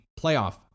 playoff